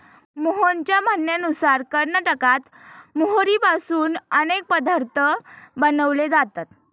मोहनच्या म्हणण्यानुसार कर्नाटकात मोहरीपासून अनेक पदार्थ बनवले जातात